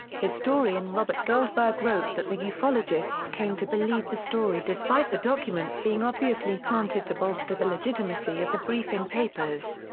historian robert goldberg wrote that the yeah ufologists came to believe the story despite the documents being obviously planted to bolster the legitimacy of the briefing papers.